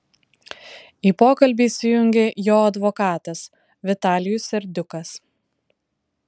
į pokalbį įsijungė jo advokatas vitalijus serdiukas